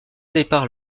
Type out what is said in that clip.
départ